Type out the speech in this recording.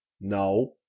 No